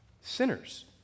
sinners